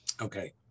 Okay